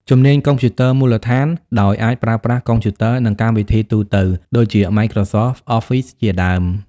ជំនាញកុំព្យូទ័រមូលដ្ឋាន ដោយអាចប្រើប្រាស់កុំព្យូទ័រ និងកម្មវិធីទូទៅ ដូចជា Microsoft Office ជាដើម។